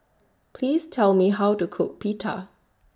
Please Tell Me How to Cook Pita